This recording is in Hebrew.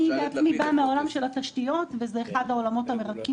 אני בעצמי באה מעולם התשתיות וזה אחד העולמות המרתקים